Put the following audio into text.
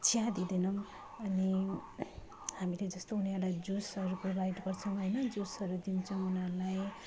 चिया दिँदैनौ अनि हमीले जस्तो उनीहरूलाई जुसहरू प्रोभाइड गर्छौँ हैन जुसहरू दिन्छौँ उनीहरूलाई